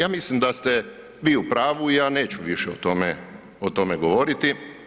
Ja mislim da ste vi u pravu i ja neću više o tome govoriti.